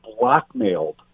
blackmailed